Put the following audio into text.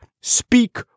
speak